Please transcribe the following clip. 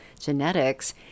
genetics